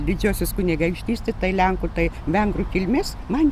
didžiosios kunigaikštystė tai lenkų taip vengrų kilmės man